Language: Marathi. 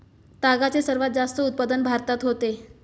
तागाचे सर्वात जास्त उत्पादन भारतात होते